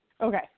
Okay